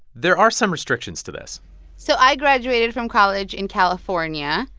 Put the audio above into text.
there are some restrictions to this so i graduated from college in california.